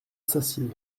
s’assied